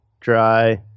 dry